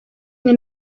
umwe